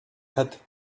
het